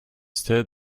stirred